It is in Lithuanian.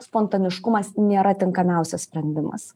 spontaniškumas nėra tinkamiausias sprendimas